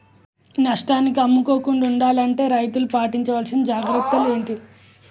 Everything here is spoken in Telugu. నష్టానికి అమ్ముకోకుండా ఉండాలి అంటే రైతులు పాటించవలిసిన జాగ్రత్తలు ఏంటి